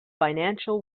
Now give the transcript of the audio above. financial